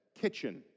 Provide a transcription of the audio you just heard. Kitchen